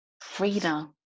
freedom